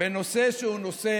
בנושא שהוא נושא